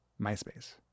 MySpace